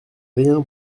rien